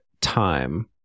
time